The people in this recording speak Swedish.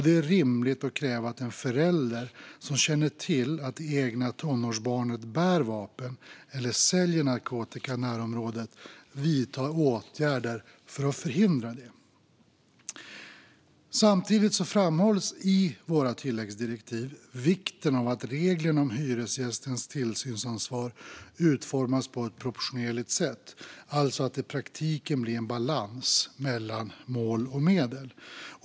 Det är rimligt att kräva att en förälder som känner till att det egna tonårsbarnet bär vapen eller säljer narkotika i närområdet vidtar åtgärder för att förhindra det. Samtidigt framhålls i våra tilläggsdirektiv vikten av att reglerna om hyresgästens tillsynsansvar utformas på ett proportionerligt sätt, alltså att det i praktiken blir en balans mellan mål och medel.